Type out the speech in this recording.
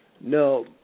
no